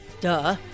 Duh